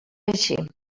així